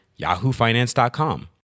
yahoofinance.com